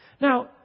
Now